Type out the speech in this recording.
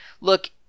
look